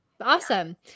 Awesome